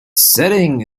setting